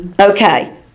Okay